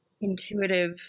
intuitive